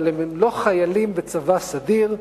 אבל הם לא חיילים בצבא סדיר,